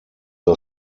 the